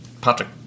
Patrick